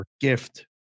gift